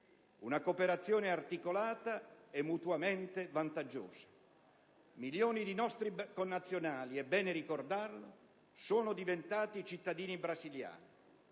una cooperazione articolata e mutuamente vantaggiosa. Milioni di nostri connazionali, è bene ricordarlo, sono divenuti cittadini brasiliani.